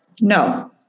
no